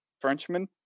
Frenchman